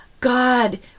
God